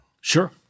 Sure